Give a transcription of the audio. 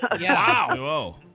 Wow